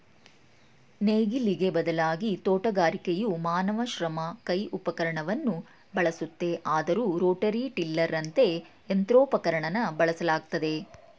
ನೇಗಿಲಿಗೆ ಬದಲಾಗಿ ತೋಟಗಾರಿಕೆಯು ಮಾನವ ಶ್ರಮ ಕೈ ಉಪಕರಣವನ್ನು ಬಳಸುತ್ತೆ ಆದರೂ ರೋಟರಿ ಟಿಲ್ಲರಂತ ಯಂತ್ರೋಪಕರಣನ ಬಳಸಲಾಗ್ತಿದೆ